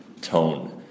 tone